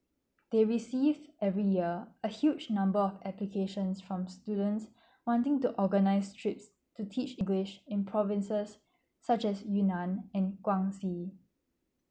they received every year a huge number of applications from students wanting to organise trips to teach english in provinces such as yunnan and guangxi